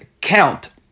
count